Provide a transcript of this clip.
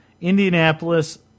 Indianapolis